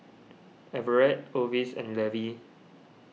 Everet Orvis and Levy